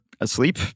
asleep